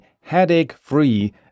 headache-free